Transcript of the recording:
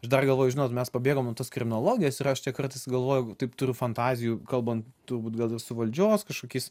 aš dar galvoju žinot mes pabėgom nuo tos kriminologijos ir aš čia galvoju taip turiu fantazijų kalbant turbūt gal ir su valdžios kažkokiais